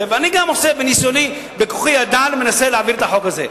וגם אני עושה בכוחי הדל ומנסה להעביר את החוק הזה.